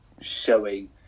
showing